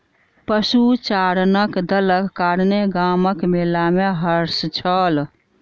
पशुचारणक दलक कारणेँ गामक मेला में हर्ष छल